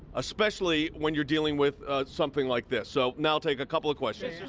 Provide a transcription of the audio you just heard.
especially when you are dealing with something like this. so now, i'll take a couple of questions.